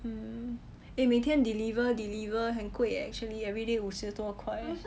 hmm eh 每天 deliver deliver 很贵 eh actually everyday 五十多块